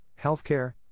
healthcare